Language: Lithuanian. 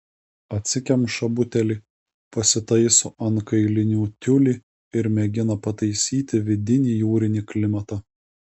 atsikemša butelį pasitaiso ant kailinių tiulį ir mėgina pataisyti vidinį jūrinį klimatą